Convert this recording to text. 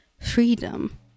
freedom